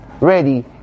ready